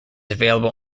available